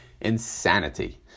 insanity